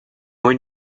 when